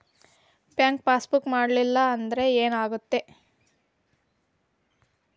Bank passbook ಮಾಡಲಿಲ್ಲ ಅಂದ್ರೆ ಏನ್ ಆಗ್ತೈತಿ?